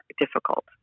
difficult